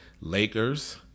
Lakers